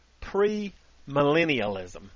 premillennialism